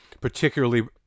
particularly